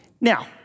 Now